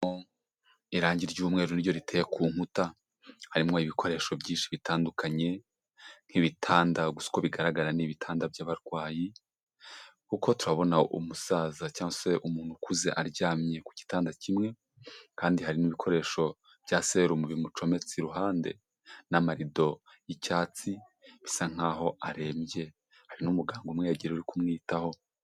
Irangi ry'umweru ni ryo riteye ku nkuta, harimwo ibikoresho byinshi bitandukanye, nk'ibitandagu gusa uko bigaragara ni ibitanda by'abarwayi. Kuko turabona umusaza cyangwa se umuntu ukuze aryamye ku gitanda kimwe, kandi hari n'ibikoresho bya serumu bimucometse iruhande, n'amarido y'icyatsi bisa nkaho arembye, hari n'umuganga umwegereye uri kumwitaho.